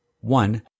One